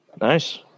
Nice